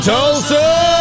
Tulsa